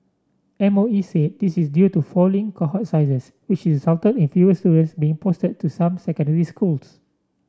M O E said this is due to falling cohort sizes which resulted in fewer students being posted to some secondary schools